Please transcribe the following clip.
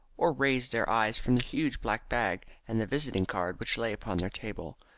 or raise their eyes from the huge black bag and the visiting card which lay upon their table.